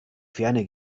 ferne